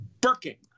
Birking